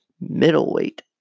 middleweight